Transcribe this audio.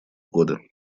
годы